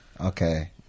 Okay